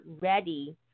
ready